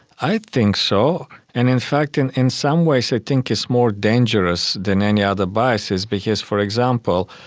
i think so. and in fact in in some ways i think it's more dangerous than any other biases because, for example,